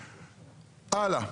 הלאה.